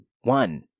One